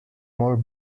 more